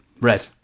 Red